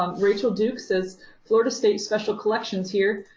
um rachel duke says florida state special collections here.